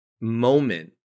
moment